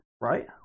right